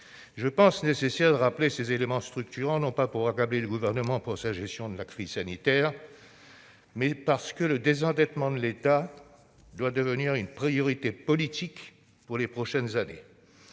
Je pense qu'il est nécessaire de rappeler ces éléments structurants, non pas pour accabler le Gouvernement pour sa gestion de la crise sanitaire, mais parce que le désendettement de l'État doit devenir une priorité politique pour les prochaines années.